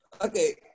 Okay